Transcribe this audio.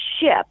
ship